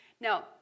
Now